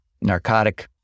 narcotic